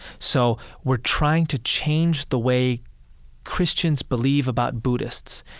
so we're trying to change the way christians believe about buddhists.